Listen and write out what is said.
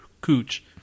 cooch